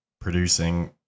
producing